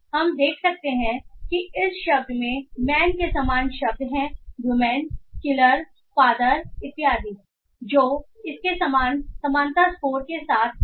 तो हम देख सकते हैं कि इस शब्द में मैन के समान शब्द हैं जो वूमेन किलर फादर इत्यादि हैं जो इसके समान समानता स्कोर के साथ हैं